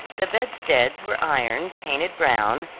the bedsteads were iron, painted brown,